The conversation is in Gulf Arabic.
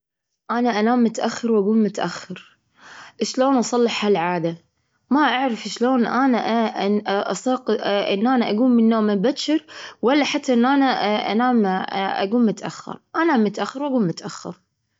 أنا أنام متأخر وأقوم متأخر، أشلون أصلح هالعادة؟ ما أعرف شلون أنا أن أن أنا أقوم من النوم بتشر، ولا حتى أن أنا أنام أقوم متأخر. أنام متأخر وأقوم متأخر!